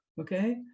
okay